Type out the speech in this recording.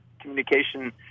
communication